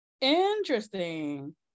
Interesting